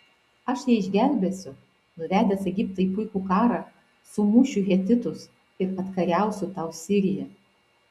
aš ją išgelbėsiu nuvedęs egiptą į puikų karą sumušiu hetitus ir atkariausiu tau siriją